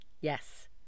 yes